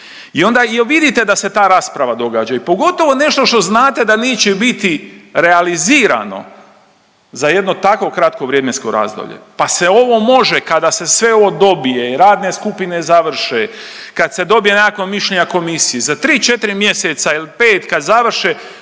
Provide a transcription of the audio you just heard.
I onda jel vidite da se ta rasprava događa i pogotovo nešto što znate da neće biti realizirano za jedno tako kratko vremensko razdoblje pa se ovo može kada se sve ovo dobije i radne skupine završe, kad se dobije nekakvo mišljenje na komisiji, za 3, 4 mjeseca ili 5 kad završe,